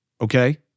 okay